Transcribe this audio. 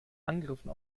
angriffen